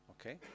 Okay